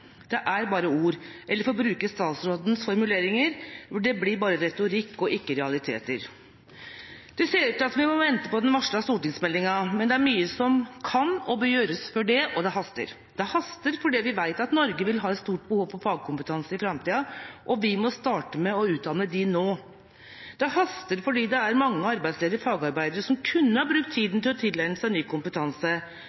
Det er bare ord – eller for å bruke statsrådens formuleringer – det blir bare retorikk og ikke realiteter. Det ser ut som vi må vente på den varslede stortingsmeldinga, men det er mye som kan og bør gjøres før det, og det haster. Det haster fordi vi vet at Norge vil ha et stort behov for fagkompetanse i framtida, og vi må starte med å utdanne dem nå. Det haster fordi det er mange arbeidsledige fagarbeidere som kunne ha brukt tida til å tilegne seg ny kompetanse,